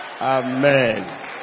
Amen